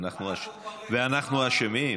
ואנחנו אשמים?